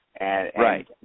Right